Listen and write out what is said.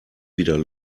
wieder